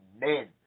men